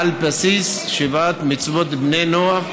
על בסיס שבע מצוות בני נוח,